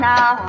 Now